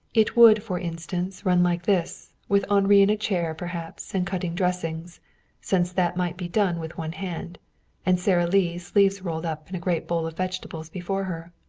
it would, for instance, run like this, with henri in a chair perhaps, and cutting dressings since that might be done with one hand and sara lee, sleeves rolled up and a great bowl of vegetables before her